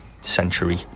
century